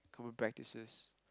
common practices